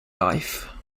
life